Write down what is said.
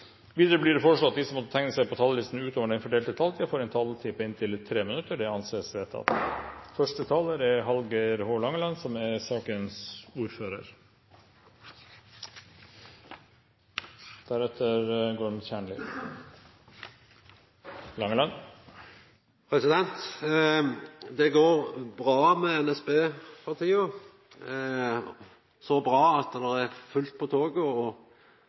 Videre blir det foreslått at de som måtte tegne seg på talerlisten utover den fordelte taletid, får en taletid på inntil 3 minutter. – Det anses vedtatt. Det går bra med NSB for tida. Så bra at det er fullt på toget